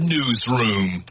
Newsroom